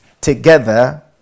together